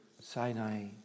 Sinai